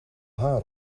haar